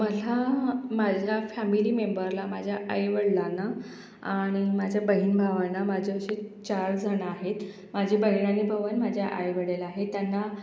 मला माझ्या फॅमिली मेंबरला माझ्या आईवडलांना आणि माझ्या बहीण भावांना माझे असे चारजण आहेत माझी बहीण आणि भाऊ आणि माझ्या आईवडील आहे त्यांना